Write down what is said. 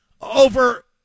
over